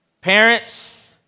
Parents